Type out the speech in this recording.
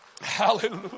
Hallelujah